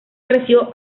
creció